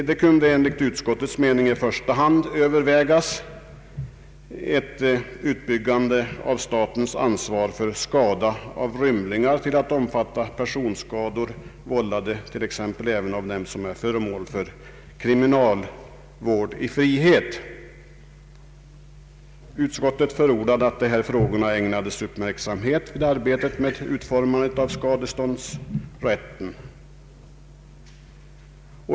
Det kunde enligt utskottets mening i första hand övervägas ett utbyggande av statens ansvar för skada förorsakad av rymlingar till att omfatta personskada vållad t.ex. av den som är föremål för kriminalvård i frihet. Utskottet förordade att dessa frågor skulle ägnas uppmärksamhet vid arbetet med utformandet av skadeståndsrätten.